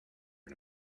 and